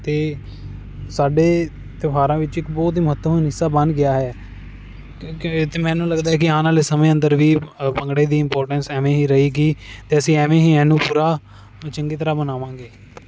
ਅਤੇ ਸਾਡੇ ਤਿਓਹਾਰਾਂ ਵਿੱਚ ਇੱਕ ਬਹੁਤ ਹੀ ਮਹੱਤਵਪੂਰਨ ਹਿੱਸਾ ਬਣ ਗਿਆ ਹੈ ਅਤੇ ਮੈਨੂੰ ਲੱਗਦਾ ਹੈ ਕੀ ਆਉਣ ਵਾਲੇ ਸਮੇਂ ਅੰਦਰ ਵੀ ਭੰਗੜੇ ਦੀ ਇੰਪੋਰਟੈਂਸ ਐਵੇਂ ਹੀ ਰਹੇਗੀ ਅਤੇ ਅਸੀਂ ਐਵੇਂ ਹੀ ਇਹਨੂੰ ਪੂਰਾ ਆਪਾਂ ਚੰਗੀ ਤਰ੍ਹਾਂ ਮਨਾਵਾਂਗੇ